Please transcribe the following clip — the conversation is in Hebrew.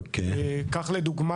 לדוגמה,